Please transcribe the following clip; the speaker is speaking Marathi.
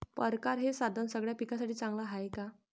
परकारं हे साधन सगळ्या पिकासाठी चांगलं हाये का?